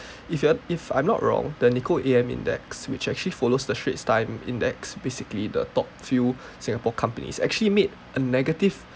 if you are if I'm not wrong the Nikko A_M index which actually follows the Straits Times index basically the top few Singapore companies actually made a negative